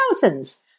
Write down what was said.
thousands